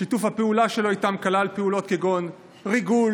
שיתוף הפעולה שלו איתם כלל פעולות כגון ריגול,